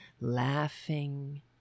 laughing